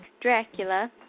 Dracula